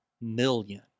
million